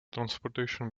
transportation